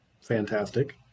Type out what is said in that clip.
Fantastic